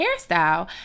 hairstyle